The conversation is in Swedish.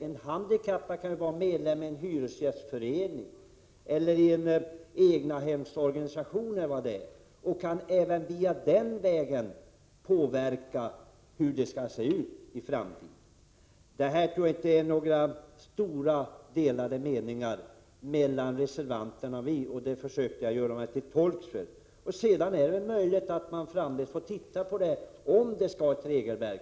En handikappad kan ju vara medlem i en hyresgästförening eller i en egnahemsorganisation och kan även den vägen påverka hur det skall se ut i framtiden. Här tror jag inte det finns några stora delade meningar mellan reservanterna och oss, och det försökte jag uttrycka i mitt anförande. Sedan är det möjligt att man framdeles får titta på det här, om det skall vara ett regelverk.